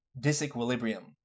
disequilibrium